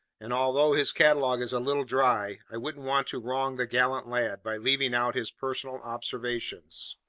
and although his catalog is a little dry, i wouldn't want to wrong the gallant lad by leaving out his personal observations.